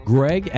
Greg